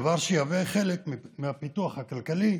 דבר שיהווה חלק מהפיתוח הכלכלי